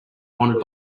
wanted